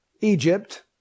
Egypt